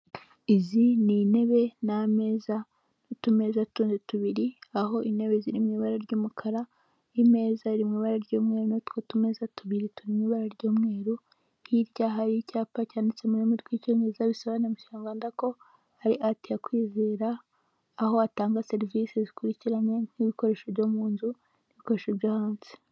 Izi ni intebe n'ameza n'utumeza tundi tubiri, aho intebe ziri mu ibara ry'umukara, imeza iri mu ibara ry'umweru n'utwo tumeza tubiri turi mu ibara ry'umweru, hirya hari icyapa cyanditse mu rurimi rw'icyongereza bisobanuye mu kinyarwanda ko hari ati ya Kwizera, aho atanga serivisi zikurikiranye nk'ibikoresho byo mu nzu n'ibikoresho byo hanze.